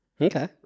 Okay